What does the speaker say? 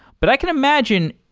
but i can imagine,